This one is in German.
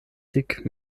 dick